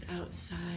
outside